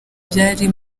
byari